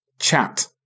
Chat